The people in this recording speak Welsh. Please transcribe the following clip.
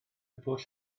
pwll